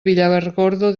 villargordo